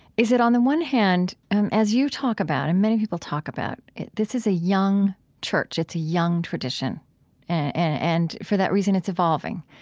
is that on the one hand as you talk about and many people talk about this is a young church. it's a young tradition and and, for that reason, it's evolving.